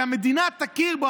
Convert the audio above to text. שהמדינה תכיר בו,